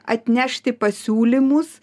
atnešti pasiūlymus